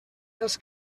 els